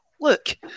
Look